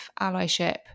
allyship